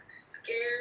Scared